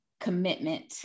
commitment